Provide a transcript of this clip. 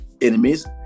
enemies